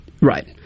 right